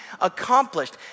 accomplished